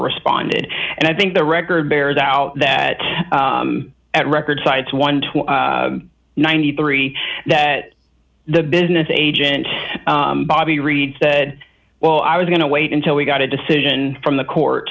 responded and i think the record bears out that at record sites one hundred and ninety three that the business agent bobby reed said well i was going to wait until we got a decision from the court